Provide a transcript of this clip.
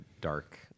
dark